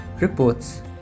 reports